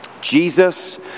Jesus